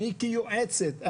אני כיועצת,